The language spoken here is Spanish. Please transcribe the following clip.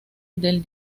del